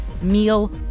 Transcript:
meal